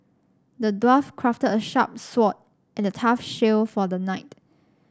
the dwarf crafted a sharp sword and a tough shield for the knight